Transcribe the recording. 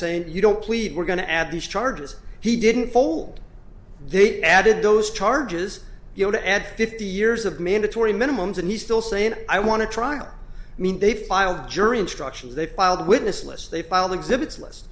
saying you don't plead we're going to add these charges he didn't fold they added those charges you know to add fifty years of mandatory minimums and he's still saying i want to trial i mean they filed jury instructions they filed witness list they filed exhibits list